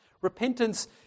Repentance